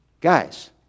Guys